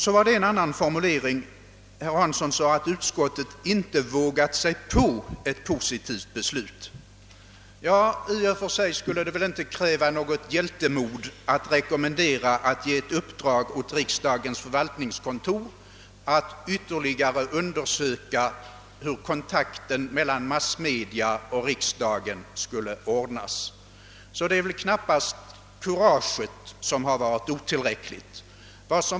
Herr Hansson sade vidare att utskottet inte »vågat sig på» något positivt beslut. I och för sig skulle det väl inte krävas något hjältemod att rekommendera riksdagen att ge i uppdrag åt riksdagens förvaltningskontor att ytterligare undersöka hur kontakten mellan massmedia och riksdagen bör ordnas. Så det är väl knappast kuraget som varit otillräckligt.